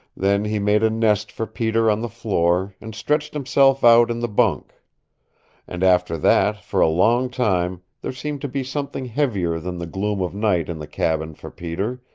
then he made a nest for peter on the floor, and stretched himself out in the bunk and after that, for a long time, there seemed to be something heavier than the gloom of night in the cabin for peter,